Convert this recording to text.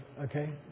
Okay